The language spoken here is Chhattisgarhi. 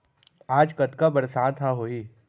आज कतका बरसात ह होही?